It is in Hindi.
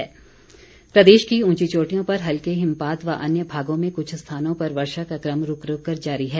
मौसम प्रदेश की ऊंची चोटियों पर हल्के हिमपात व अन्य भागों में कुछ स्थानों पर वर्षा का क्रम रूक रूक कर जारी है